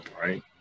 right